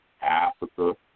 Africa